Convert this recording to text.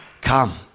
Come